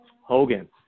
Hogan